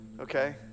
okay